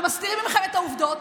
ומסתירים מכם את העובדות,